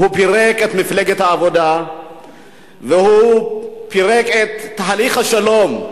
הוא פירק את מפלגת העבודה והוא פירק את תהליך השלום.